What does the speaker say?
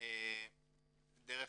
דרך